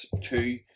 two